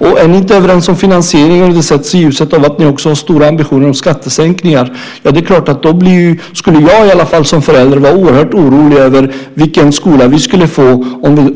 Om ni inte är överens om finansieringen och det också sätts i ljuset av att ni har stora ambitioner om skattesänkningar skulle jag som förälder vara oerhört orolig över vilken skola vi skulle få